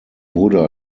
wurde